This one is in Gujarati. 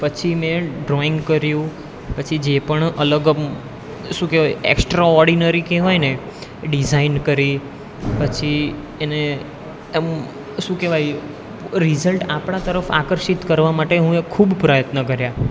પછી મેં ડ્રોઈંગ કર્યું પછી જે પણ અલગ શું કહેવાય એકસ્ટ્રાઓર્ડિનરી કહેવાયને ડિઝાઇન કરી પછી એને એમ શું કહેવાય રિઝલ્ટ આપણા તરફ આકર્ષિત કરવા માટે હું એક ખૂબ પ્રયત્ન કર્યા